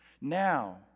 Now